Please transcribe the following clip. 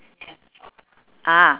ah